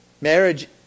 Marriage